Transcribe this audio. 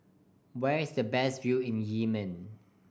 where is the best view in Yemen